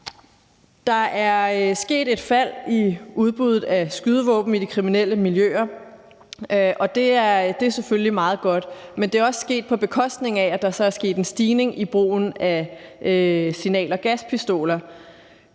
Der er sket et fald i udbuddet af skydevåben i de kriminelle miljøer, og det er selvfølgelig meget godt, men det er også sket på bekostning af, at der så er sket en stigning i brugen af signal- og gaspistoler.